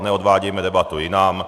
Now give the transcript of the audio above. Neodvádějme debatu jinam.